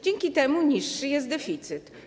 Dzięki temu niższy jest deficyt.